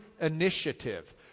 initiative